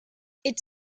its